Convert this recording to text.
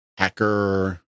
hacker